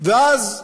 ואז ירדנו,